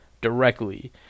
directly